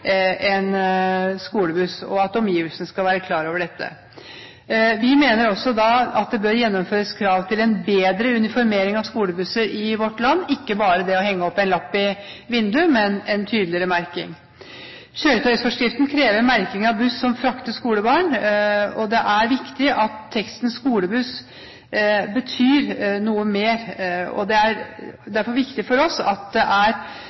at omgivelsene skal være klar over dette. Vi mener også at det bør innføres krav om en tydeligere uniformering av skolebusser i vårt land – ikke bare henge opp en lapp i vinduet, men ha tydeligere merking. Kjøretøyforskriften krever merking av buss som frakter skolebarn, og det er viktig at teksten «Skolebuss» betyr noe mer. Det er derfor viktig for oss at